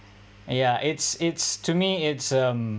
ya it's it's to me it's um